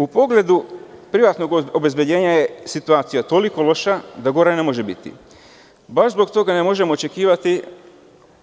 U pogledu privatnog obezbeđenja je situacija toliko loša da gora ne može biti, baš zbog toga ne možemo očekivati